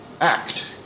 act